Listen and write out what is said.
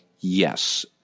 yes